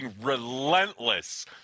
relentless